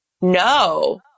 No